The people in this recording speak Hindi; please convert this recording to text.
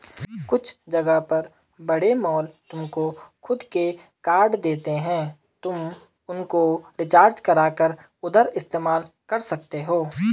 कुछ जगह पर बड़े मॉल तुमको खुद के कार्ड देते हैं तुम उनको रिचार्ज करा कर उधर इस्तेमाल कर सकते हो